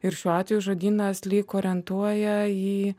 ir šiuo atveju žodynas lyg orientuoja į